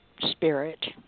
spirit